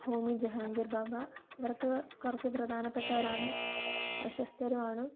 ഹോമി ജഹാങ്കിർ ബാബാ ഇവർക്കു കുറച്ചു പ്രധാനപ്പെട്ടവരാണ് പ്രശസ്തരുമാണ്